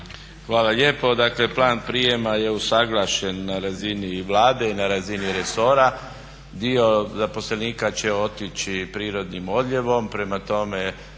Hvala lijepo. Dakle plan prijema je usuglašen na razini Vlade i na razini resora. Dio zaposlenika će otići prirodnim odljevom,